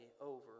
over